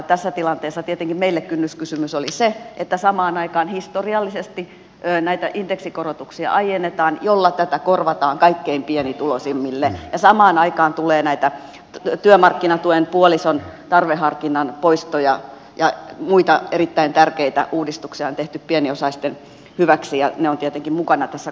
tässä tilanteessa tietenkin meille kynnyskysymys oli se että samaan aikaan historiallisesti näitä indeksikorotuksia aiennetaan millä tätä korvataan kaikkein pienituloisimmille ja samaan aikaan tulee näitä työmarkkinatuen puolison tarveharkinnan poistoja ja muita erittäin tärkeitä uudistuksia on tehty pieniosaisten hyväksi ja ne ovat tietenkin mukana tässä kokonaisuudessa mikä on se tärkein